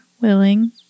willing